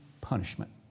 punishment